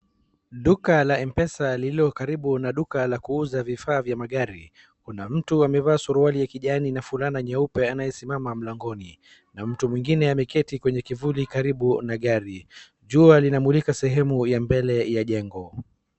Duka la Mpesa lililo karibu na duka la kuuza vifaa vya magari. Kuna mtu amevaa suruali ya kijani na fulana nyeupe anayesimama mlangoni. Na mtu mwengine ameketi kwenye kivuli karibu na gari. Jua linamulika sehemu ya mbele ya jengo.